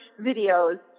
videos